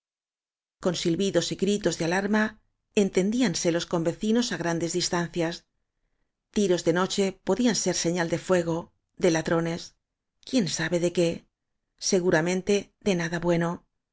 con silbidos y gritos de alarma entendían se los convecinos á grandes distancias tiros de noche podían ser señal de fuego de ladro nes quién sabe de qué seguramente de nada bueno